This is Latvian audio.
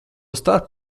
starp